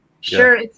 sure